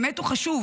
באמת הוא חשוב,